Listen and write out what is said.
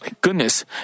goodness